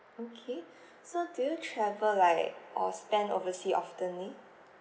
okay so do you travel like or spend oversea oftenly